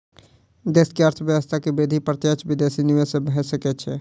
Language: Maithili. देश के अर्थव्यवस्था के वृद्धि प्रत्यक्ष विदेशी निवेश सॅ भ सकै छै